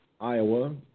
Iowa